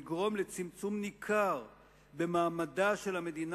והוא יגרום לצמצום ניכר במעמדה של המדינה